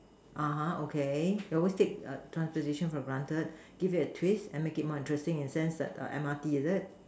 (uh huh) okay you always take transportation for granted give it a twist and make it more interesting in the sense like M_R_T is it